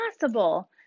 possible